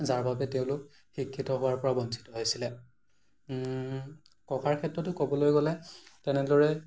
যাৰ বাবে তেওঁলোক শিক্ষিত হোৱাৰ পৰা বঞ্চিত হৈছিলে ককাৰ ক্ষেত্ৰতো ক'বলৈ গ'লে তেনেদৰে